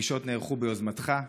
"הפגישות נערכו ביוזמתך,